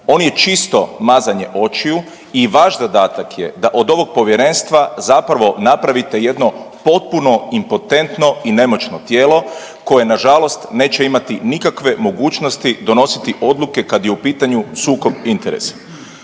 on je čisto mazanje očiju i vaš zadatak je da od ovog povjerenstva zapravo napravite jedno potpuno impotentno i nemoćno tijelo koje nažalost neće imati nikakve mogućnosti donositi odluke kada je u pitanju sukob interesa.